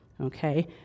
Okay